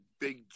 big